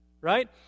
right